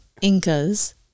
Incas